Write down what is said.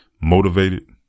motivated